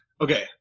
Okay